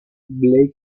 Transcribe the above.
blake